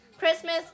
Christmas